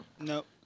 nope